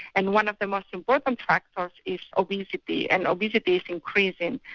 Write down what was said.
and one of the most important factors is obesity and obesity is increasing.